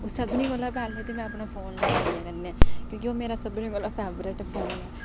सभनें कोला पैह्ले ते में अपना फोन लैनी आं कन्नै क्योंकि ओह् मेरा सभनें कोला फेवरेट फोन ऐ